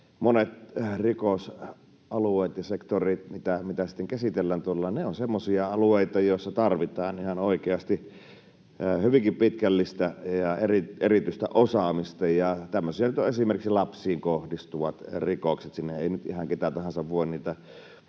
monet rikosalueet ja -sektorit, mitä sitten käsitellään tuolla, ovat semmoisia alueita, joissa tarvitaan ihan oikeasti hyvinkin pitkällistä ja erityistä osaamista, ja tämmöisiä nyt ovat esimerkiksi lapsiin kohdistuvat rikokset. Sinne ei nyt ihan ketä tahansa voi niitä asioita